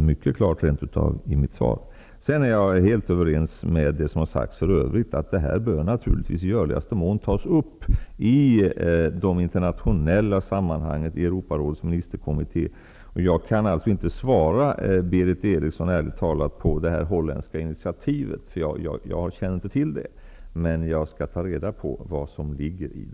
mycket klart av mitt svar. Jag håller med om det som har sagts. Detta bör i görligaste mån tas upp i internationella sammanhang, i Europarådets ministerkommitté. Jag kan, ärligt talat, inte svara Berith Eriksson på den fråga hon ställer om det holländska initiativet. Jag känner inte till det. Jag skall ta reda på vad som ligger i det.